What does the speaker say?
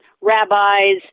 rabbis